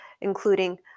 including